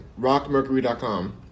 Rockmercury.com